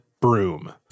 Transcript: broom